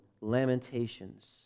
Lamentations